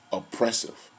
oppressive